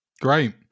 Great